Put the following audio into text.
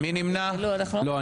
כי ברור כבר שהחוק הזה --- טוב, תודה.